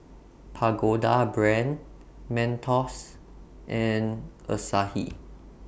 Pagoda Brand Mentos and Asahi